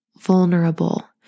vulnerable